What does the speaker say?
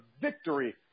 victory